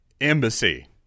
embassy